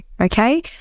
Okay